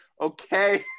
okay